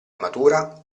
matura